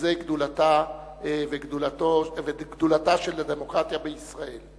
וזאת גדולתה של הדמוקרטיה בישראל.